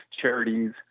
charities